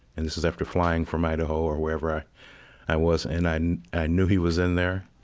and this is after flying from idaho or wherever i was. and i and i knew he was in there,